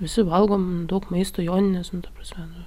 visi valgom daug maisto joninės nu ta prasme nu